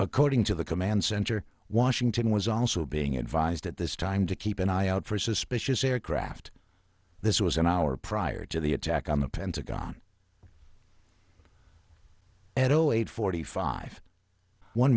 according to the command center washington was also being advised at this time to keep an eye out for suspicious aircraft this was an hour prior to the attack on the pentagon and zero eight forty five one